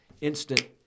instant